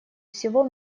всего